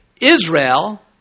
Israel